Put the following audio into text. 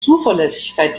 zuverlässigkeit